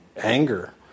anger